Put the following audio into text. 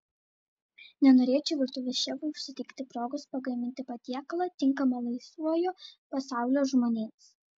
nenorėčiau virtuvės šefui suteikti progos pagaminti patiekalą tinkamą laisvojo pasaulio žmonėms